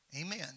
Amen